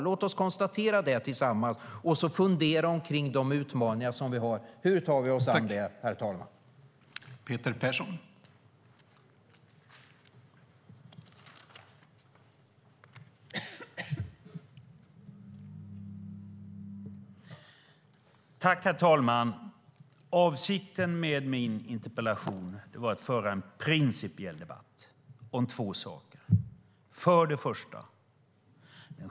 Låt oss konstatera det tillsammans och fundera omkring de utmaningar som vi har: Hur tar vi oss an det, herr talman?